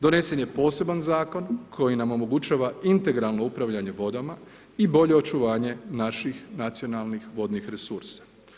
Donesen je poseban zakon koji nam omogućava integralno upravljanje vodama i bolje očuvanje naših nacionalnih vodnih resursa.